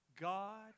God